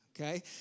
okay